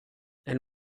elle